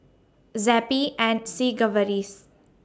Zappy and Sigvaris